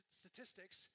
statistics